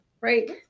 Right